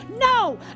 No